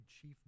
chief